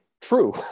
true